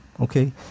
okay